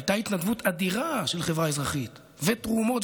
הייתה התנדבות אדירה של החברה האזרחית ותרומות,